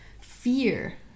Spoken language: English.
fear